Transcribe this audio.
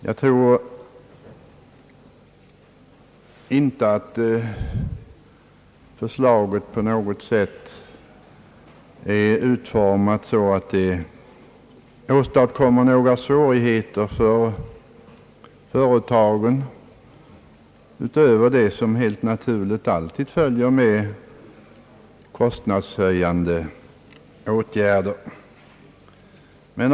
Jag tror inte att förslaget på något sätt är utformat så att det åstadkommer några svårigheter för företagen, utöver det som helt naturligt alltid följer med kostnadshöjande åtgärder.